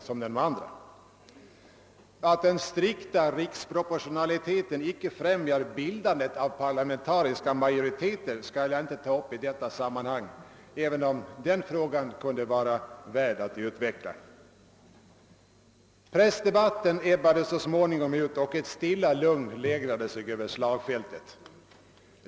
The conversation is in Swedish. Det förhållandet att den strikta riksproportionaliteten icke främjar bildandet av parlamentariska majoriteter skall jag inte ta upp i detta sammanhang, även om det ämnet kunde vara värt att utveckla. Pressdebatten ebbade så småningom ut och ett stilla lugn lägrade sig över slagfältet.